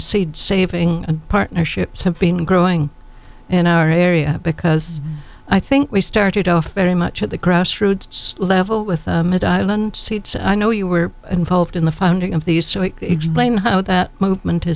seed saving and partnerships have been growing and our area because i think we started off very much at the grassroots level with seeds i know you were involved in the founding of these explain how that movement is